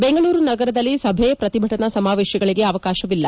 ಬೆಂಗಳೂರು ನಗರದಲ್ಲಿ ಸಭೆ ಪ್ರತಿಭಟನಾ ಸಮಾವೇಶಗಳಿಗೆ ಅವಕಾಶವಿಲ್ಲ